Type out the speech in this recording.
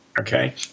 Okay